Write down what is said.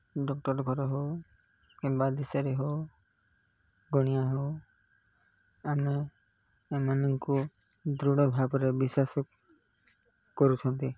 doctor ଘର ହେଉ କିମ୍ବା ଦିଶାରି ହେଉ ଗୁଣିଆ ହେଉ ଆମେ ଏମାନଙ୍କୁ ଦୃଢ଼ ଭାବରେ ବିଶ୍ୱାସ କରୁଛନ୍ତି